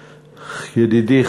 ידידי,